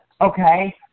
okay